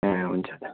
ए हुन्छ दा